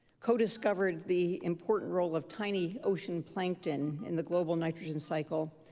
co-discovered the important role of tiny ocean plankton in the global nitrogen cycle,